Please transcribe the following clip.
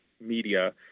media